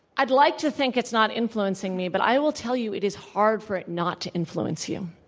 i'd like to think it's not influencing me, but i will tell you it is hard for it not to influence you,